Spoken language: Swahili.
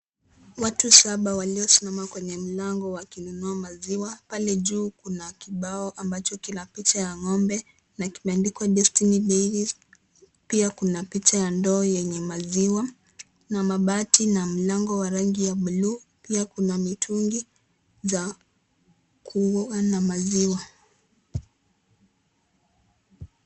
Watu saba waliosimama kwenye mlango wakinunua, maziwa pale juu kuna kibao ambacho kina picha ya n'gombe, na kimeandikwa Destiny Dairies, pia kuna picha ya ndoo yenye maziwa na mabati na mlango wa rangi ya blue pia kuna mitungi za kuwa na maziwa.